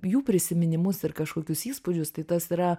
jų prisiminimus ir kažkokius įspūdžius tai tas yra